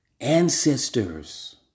ancestors